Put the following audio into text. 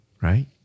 Right